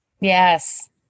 Yes